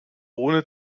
ohne